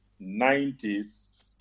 90s